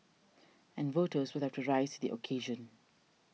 and voters will have to rise to the occasion